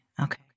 Okay